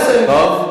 הזדמנות.